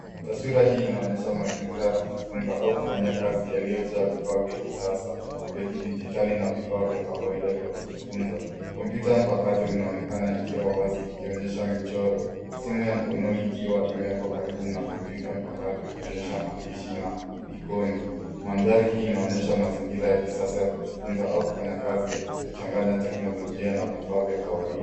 Taswira hii inaonyesha mazingira ya kujifunza au kufanyia kazi yaliyo jaa vifaa vya kisasa vya kidijitali na vifaa vya kawaida vya kujifunza. Kompyuta mpakato inaonekana ikiwa wazi ikionyesha mchoro simu ya mkononi ikiwa imewekwa karibu na kompyuta mpakato ikionyesha maandishi na ikoni mandhari hii inaonyesha mazingira ya kisasa ya kujifunza au ya kufanya kazi ya kuchanganya teknolojia na vifaa vya kawaida.